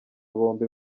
bombi